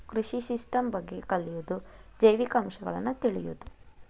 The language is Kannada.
ಕೃಷಿ ಸಿಸ್ಟಮ್ ಬಗ್ಗೆ ಕಲಿಯುದು ಜೈವಿಕ ಅಂಶಗಳನ್ನ ತಿಳಿಯುದು